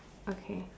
okay